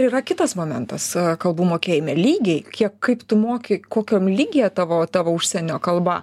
yra kitas momentas kalbų mokėjime lygiai kiek kaip tu moki kokiom lygyje tavo tavo užsienio kalba